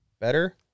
better